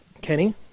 Kenny